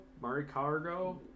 Maricargo